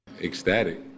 Ecstatic